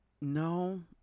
no